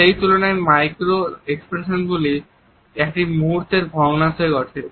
সেই তুলনায় মাইক্রো এক্সপ্রেশনগুলি একটি মুহূর্তের ভগ্নাংশে ঘটে